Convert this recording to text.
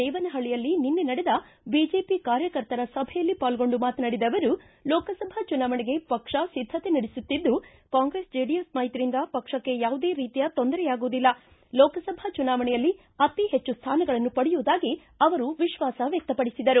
ದೇವನಹಳ್ಳಿಯಲ್ಲಿ ನಿನ್ನೆ ನಡೆದ ಬಿಜೆಪಿ ಕಾರ್ಯಕರ್ತರ ಸಭೆಯಲ್ಲಿ ಪಾಲ್ಗೊಂಡು ಮಾತನಾಡಿದ ಅವರು ಲೋಕಸಭಾ ಚುನಾವಣೆಗೆ ಪಕ್ಷ ಸಿದ್ದತೆ ನಡೆಸುತ್ತಿದ್ದು ಕಾಂಗ್ರೆಸ್ ಜೆಡಿಎಸ್ ಮೈತ್ರಿಯಿಂದ ಪಕ್ಷಕ್ಷ ಯಾವುದೇ ರೀತಿಯ ತೊಂದರೆಯಾಗುವುದಿಲ್ಲ ಲೋಕಸಭಾ ಚುನಾವಣೆಯಲ್ಲಿ ಅತಿ ಹೆಚ್ಚು ಸ್ಥಾನಗಳನ್ನು ಪಡೆಯುವುದಾಗಿ ಅವರು ವಿಶ್ವಾಸ ವ್ಚಕ್ತಪಡಿಸಿದರು